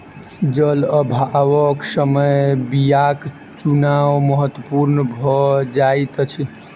जल अभावक समय बीयाक चुनाव महत्पूर्ण भ जाइत अछि